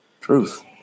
Truth